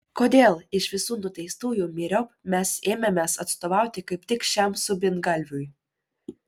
kodėl iš visų nuteistųjų myriop mes ėmėmės atstovauti kaip tik šiam subingalviui